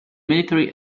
military